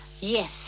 Yes